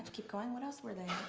keep going what else where they!